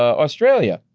ah australia,